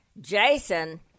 Jason